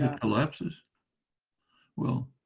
ah collapses well